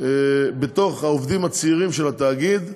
ובין העובדים הצעירים של התאגיד,